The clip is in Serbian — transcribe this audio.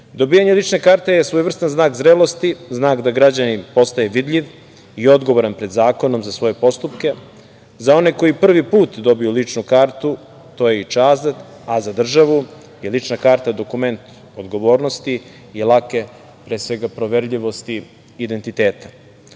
izrazim. Dobijanjem lične karte je svojevrstan znak zrelosti, znak da građanin postaje vidljiv i odgovoran pred zakonom za svoje postupke. Za one koji prvi put dobiju ličnu kartu to je i čast, a za državu je lična karta dokument odgovornosti i lake pre svega proverljivosti identiteta.U